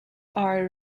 are